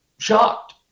shocked